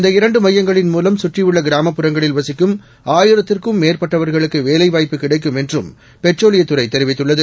இந்த மையங்களின்மூலம் விழ்ந்தியுள்ளகிராமப்புறங்களில்வசிக்கும்ஆயிரத்துக்கும்மே ற்பட்டவர்களுக்குவேலைவாய்ப்புகிடைக்கும்என்றும்பெட் ரோலியத்துறைதெரிவித்துள்ளது